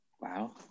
Wow